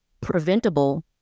preventable